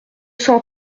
cent